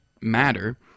matter